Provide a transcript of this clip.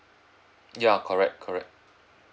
ya correct correct